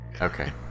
Okay